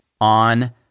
on